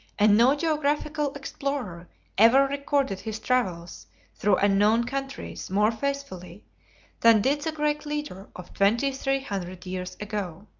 and no geographical explorer ever recorded his travels through unknown countries more faithfully than did the greek leader of twenty-three hundred years ago.